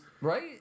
Right